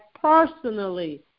personally